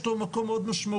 יש לו מקום מאוד משמעותי,